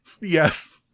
Yes